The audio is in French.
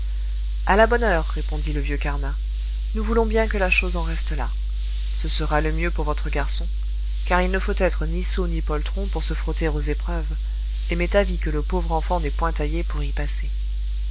à la bonne heure répondit le vieux carnat nous voulons bien que la chose en reste là ce sera le mieux pour votre garçon car il ne faut être ni sot ni poltron pour se frotter aux épreuves et m'est avis que le pauvre enfant n'est point taillé pour y passer